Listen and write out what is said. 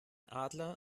adler